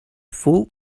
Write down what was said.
full